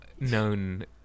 known